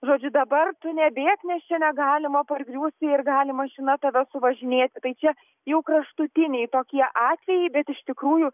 žodžiu dabar tu nebėk nes čia negalima pargriūsi ir gali mašina tave suvažinėti tai čia jau kraštutiniai tokie atvejai bet iš tikrųjų